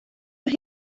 mae